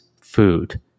food